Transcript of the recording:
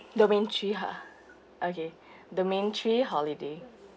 domain three ha okay domain three holiday